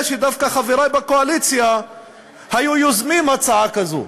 שדווקא חברי בקואליציה היו יוזמים הצעה כזאת.